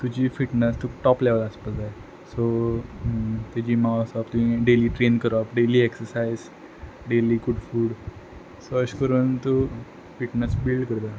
तुजी फिटनस तुक top level आसपा जाय सो ते जिमान वसप तुंयें डेली ट्रेन करप daily exercise daily good food so अश करून तूं फिटनस बिल्ड करपा